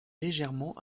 légèrement